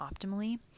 optimally